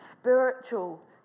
spiritual